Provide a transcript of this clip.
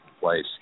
place